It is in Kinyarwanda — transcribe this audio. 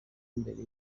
mbere